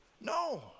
no